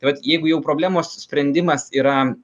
tai vat jeigu jau problemos sprendimas yra